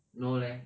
no leh